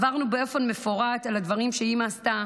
עברנו באופן מפורט על הדברים שהיא עשתה